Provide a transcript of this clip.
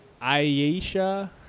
Ayesha